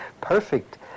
perfect